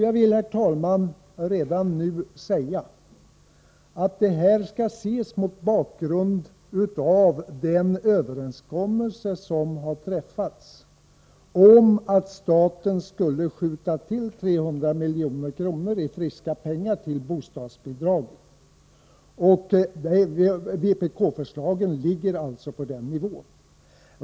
Jag vill, herr talman, redan nu säga att detta skall ses mot bakgrund av den överenskommelse som har träffats om att staten skall skjuta till 300 milj.kr. i friska pengar till bostadsbidrag. Vpk-förslagen ligger alltså på den nivån.